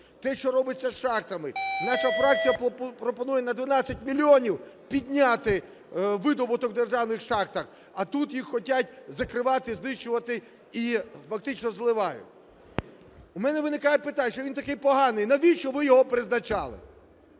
Те, що робиться з шахтами. Наша фракція пропонує на 12 мільйонів підняти видобуток у державних шахтах. А тут їх хочуть закривати, знищувати і фактично зливають. У мене виникає питання: якщо він такий поганий, навіщо ви його призначали?